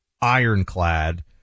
ironclad